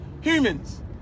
Humans